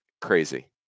crazy